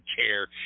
care